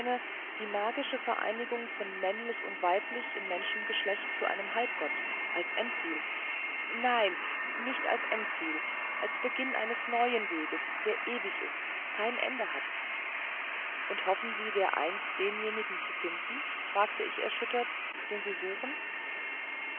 die magische vereinigung von männlich und weiblich im menschengeschlecht zu einem halbgott als endziel nein nicht als endziel als beginn eines neuen weges der ewig ist kein ende hat und hoffen sie dereinst denjenigen zu finden fragte ich erschüttert den sie suchen